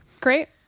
Great